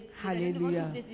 Hallelujah